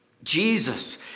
Jesus